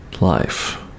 life